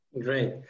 Great